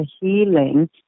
healing